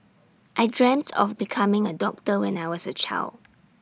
I dreamt of becoming A doctor when I was A child